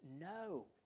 no